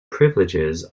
privileges